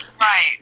Right